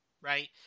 right